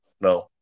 no